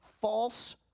false